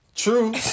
true